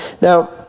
Now